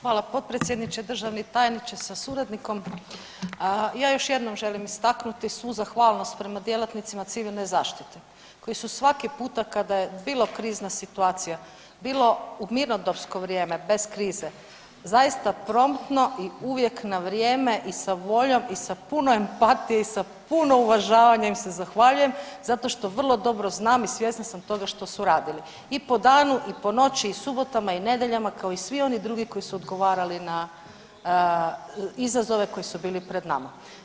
Hvala potpredsjedniče, državni tajniče sa suradnikom, ja još jednom želim istaknuti svu zahvalnost prema djelatnicima civilne zaštite koji su svaki puta kada je bilo krizna situacija, bilo mirnodopsko vrijeme bez krize zaista promptno i uvijek na vrijeme i sa voljom i sa puno empatije i sa puno uvažavanja im se zahvaljujem zato što vrlo dobro znam i svjesna sam toga što su radili i po danu i po noći i subotama i nedjeljama, kao i svi oni drugi koji su odgovarali na izazove koji su bili pred nama.